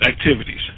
activities